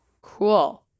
Cool